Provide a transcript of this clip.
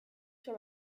sur